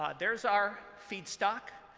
um there's our feedstock.